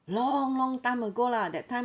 long long time ago lah that time